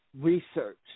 research